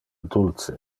dulce